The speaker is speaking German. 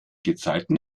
gezeiten